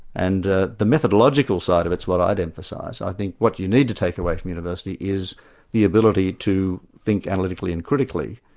and the the methodological side of it's what i'd emphasise. i think what you need to take away from university is the ability to think analytically and critically,